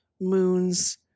moons